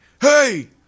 hey